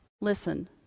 listen